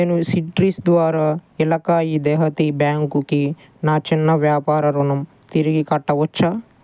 నేను సిట్రిస్ ద్వారా ఇలాకాయి దెహాతీ బ్యాంక్కి నా చిన్న వ్యాపార ఋణం తిరిగి కట్టవచ్చా